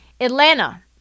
Atlanta